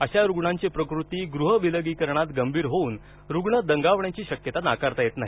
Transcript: अशा रुग्णांची प्रकृती गृह विलगीकरणात गंभीर होवून रुग्ण दगावण्याची शक्यता नाकारता येत नाही